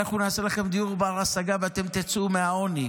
אנחנו נעשה לכם דיור בר-השגה ואתם תצאו מהעוני.